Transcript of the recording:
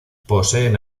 poseen